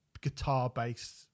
guitar-based